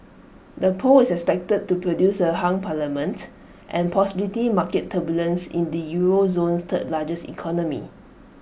the poll is expected to produce A hung parliament and possibly market turbulence in the euro zone's third largest economy